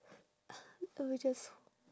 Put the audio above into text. I will just